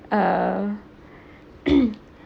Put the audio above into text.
uh